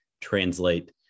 translate